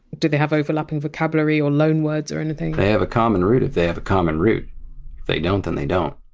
do they have overlapping vocabulary or loanwords or anything? they have a common root if they have a common root. if they don't then they don't.